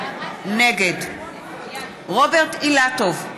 נגד רוברט אילטוב,